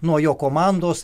nuo jo komandos